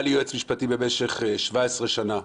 היה לי יועץ משפטי במשך 17 שנה,